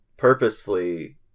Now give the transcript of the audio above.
purposefully